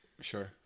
sure